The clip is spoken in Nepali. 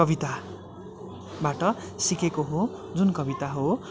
कविताबाट सिकेको हो जुन कविता हो